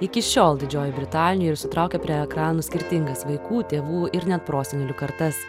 iki šiol didžiojoj britanijoj ir sutraukia prie ekranų skirtingas vaikų tėvų ir net prosenelių kartas